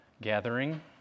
gathering